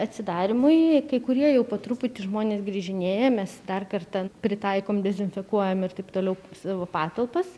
atsidarymui kai kurie jau po truputį žmonės grįžinėja mes dar kartą pritaikom dezinfekuojam ir taip toliau savo patalpas